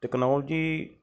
technology